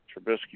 Trubisky